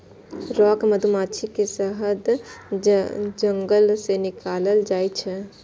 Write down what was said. rock मधुमाछी के शहद जंगल सं निकालल जाइ छै